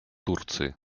турции